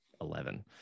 eleven